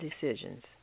decisions